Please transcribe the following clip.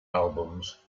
albums